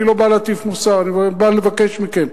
אני לא בא להטיף מוסר, אני בא לבקש מכם.